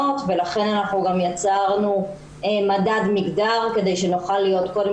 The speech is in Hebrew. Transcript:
ולכן אנחנו גם יצרנו מדד מגדר כדי שנוכל להיות קודם